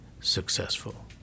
successful